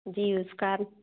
जी उस काम